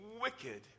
wicked